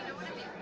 wouldn't be